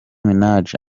minaj